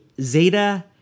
Zeta